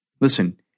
Listen